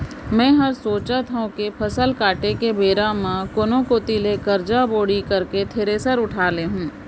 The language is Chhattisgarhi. मैं हर सोचत हँव कि फसल काटे बेरा म कोनो कोइत ले करजा बोड़ी करके थेरेसर उठा लेहूँ